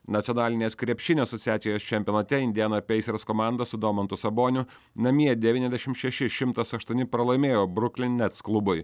nacionalinės krepšinio asociacijos čempionate indiana pacers komanda su domantu saboniu namie devyniasdešim šeši šimtas aštuoni pralaimėjo brooklyn nets klubui